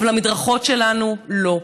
אבל המדרכות שלנו, לא.